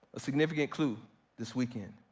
a significant clue this weekend,